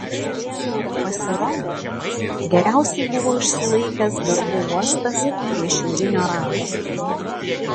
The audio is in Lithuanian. pasirodo geriausiai buvo išsilaikęs darbų uostas prie šiaurinio rago